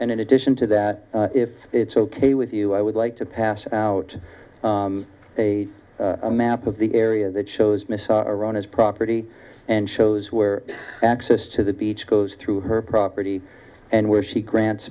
and in addition to that if it's ok with you i would like to pass out a map of the area that shows mr around his property and shows where access to the beach goes through her property and where she grants